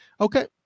Okay